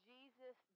Jesus